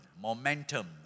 momentum